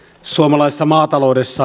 suomalaisessa maataloudessa